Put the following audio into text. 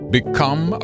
Become